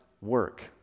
work